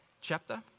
chapter